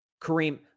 Kareem